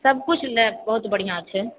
सब किछु लय बहुत बढिऑं छै